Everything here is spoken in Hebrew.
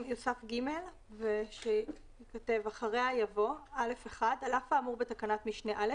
יוסף (ג) וייכתב: "אחריה יבוא: "(א1) על אף האמור בתקנת משנה (א),